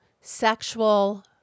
sexual